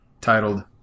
titled